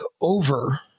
over